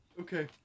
Okay